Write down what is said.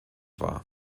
war